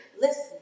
listen